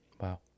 Wow